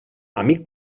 amic